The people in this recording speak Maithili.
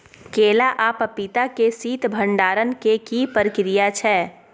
केला आ पपीता के शीत भंडारण के की प्रक्रिया छै?